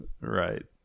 Right